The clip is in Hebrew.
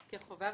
כחובה.